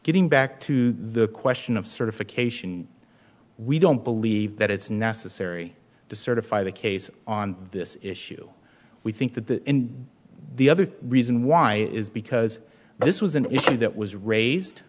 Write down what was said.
getting back to the question of certification we don't believe that it's necessary to certify the case on this issue we think that the other reason why is because this was an issue that was raised